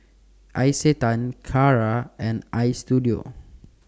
Isetan Kara and Istudio